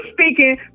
speaking